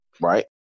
right